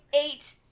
eight